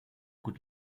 gut